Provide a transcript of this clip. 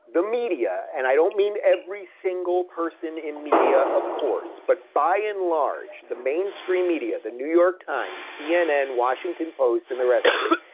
the media, and i don't mean every single person in media, of course, but by and large, the mainstream media, the new york times, cnn, washington post and the rest of it,